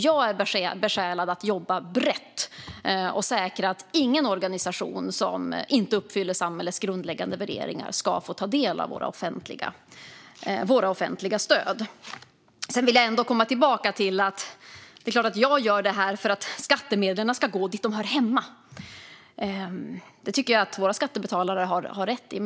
Jag är besjälad av att jobba brett och att säkra att ingen organisation som inte delar samhällets grundläggande värderingar ska få ta del av våra offentliga stöd. Jag vill ändå komma tillbaka till att det är klart att jag gör det här för att skattemedlen ska gå dit de hör hemma. Det tycker jag att våra skattebetalare har rätt till.